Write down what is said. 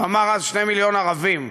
הוא אמר אז: שני מיליון ערבים,